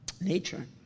nature